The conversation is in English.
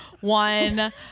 one